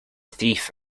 thief